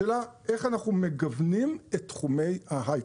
השאלה היא איך אנחנו מגוונים את תחומי ההיי-טק.